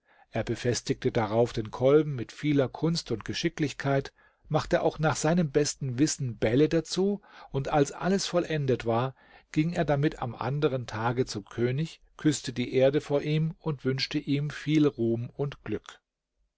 er befestigte darauf den kolben mit vieler kunst und geschicklichkeit machte auch nach seinem besten wissen bälle dazu und als alles vollendet war ging er damit am anderen tage zum könig küßte die erde vor ihm und wünschte ihm viel ruhm und glück